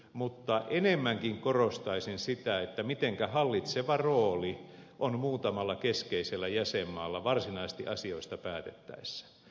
mutta enemmänkin korostaisin sitä mitenkä hallitseva rooli on muutamalla keskeisellä jäsenmaalla varsinaisesti asioista päätettäessä